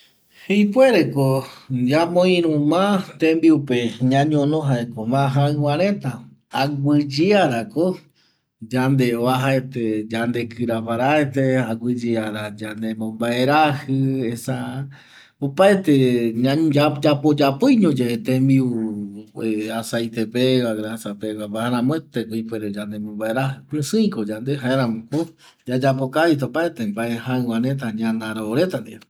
Ipuereko ñamoiru ma tembiupe ñañono jaeko ma jaƚva reta aguƚyearako yande oajaete yandekƚra paraete aguƚyeara yande mombaerajƚ, esa opaete mbae tembiu yayapo yapoiño yave tembiu aceite pegua aramueteko ipuere yande mombaerajƚ, pƚsƚiko yande jaeramoko yayapokavita opaete mbae jaƚva reta ñanaro reta ndie